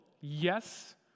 yes